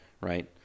right